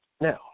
Now